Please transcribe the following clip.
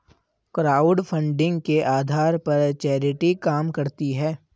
crowdfunding के आधार पर चैरिटी काम करती है